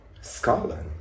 scotland